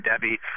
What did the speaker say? Debbie